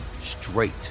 straight